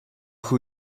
who